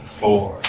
four